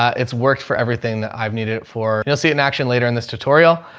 it's worked for everything that i've needed it for. you'll see it in action later in this tutorial.